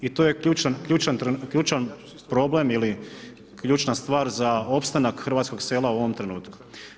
I to je ključan problem ili ključna stvar za opstanak hrvatskog sela u ovom trenutku.